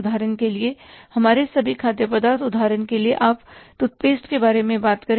उदाहरण के लिए हमारे सभी खाद्य पदार्थ उदाहरण के लिए आप टूथपेस्ट के बारे में बात करें